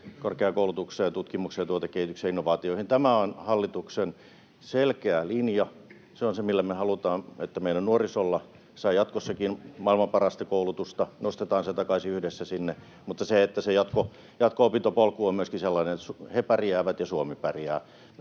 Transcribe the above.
korkeakoulutukseen ja tutkimuksen ja tuotekehityksen innovaatioihin. Tämä on hallituksen selkeä linja. Se on se, millä me halutaan, että meidän nuoriso saa jatkossakin maailman parasta koulutusta, nostetaan se yhdessä takaisin sinne, mutta myöskin jatko-opintopolku on sellainen, että he pärjäävät ja Suomi pärjää.